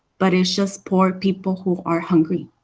but it's just poor people who are hungry.